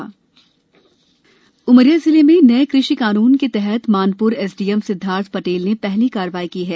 कुषि कार्रवाई उमरिया जिले मे नये कृषि कानून के तहत मानपुर एसडीएम सिद्धार्थ पटेल ने पहली कार्यवाही की गई